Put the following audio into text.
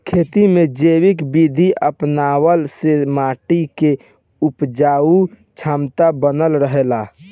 खेती में जैविक विधि अपनवला से माटी के उपजाऊ क्षमता बनल रहेला